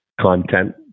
content